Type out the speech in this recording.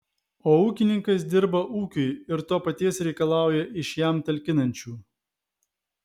o ūkininkas dirba ūkiui ir to paties reikalauja iš jam talkinančių